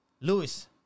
Luis